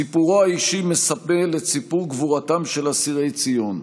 סיפורו האישי מסמל את סיפור גבורתם של אסירי ציון,